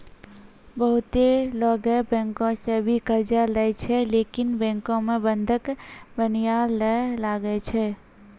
बहुते लोगै बैंको सं भी कर्जा लेय छै लेकिन बैंको मे बंधक बनया ले लागै छै